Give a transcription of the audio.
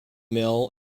mill